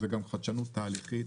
זאת גם חדשנות תהליכית,